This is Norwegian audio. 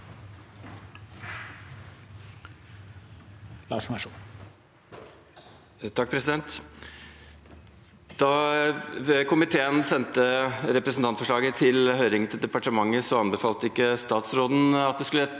Larsen (H) Da komiteen sendte representantforslaget til høring til departementet, anbefalte ikke statsråden at det skulle